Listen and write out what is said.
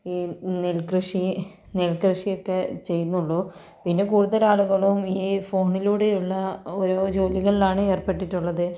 ഈ നെൽകൃഷി നെൽകൃഷിയൊക്കെ ചെയ്യുന്നുള്ളൂ പിന്നെ കൂടുതൽ ആളുകളും ഈ ഫോണിലൂടെയുള്ള ഓരോ ജോലികളിലാണ് ഏർപ്പെട്ടിട്ടുള്ളത്